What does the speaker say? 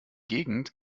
gegend